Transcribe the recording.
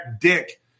Dick